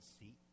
seat